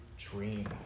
dream